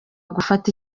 gufata